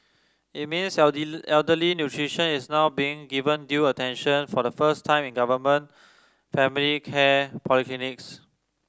it means elderly nutrition is now being given due attention for the first time in government primary care polyclinics